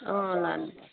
अँ लानुपर्छ